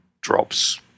Drops